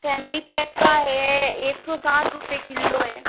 family pack का है एक सौ साठ रुपये किलो है